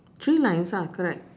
three lines ah correct